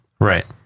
Right